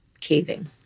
caving